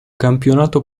campionato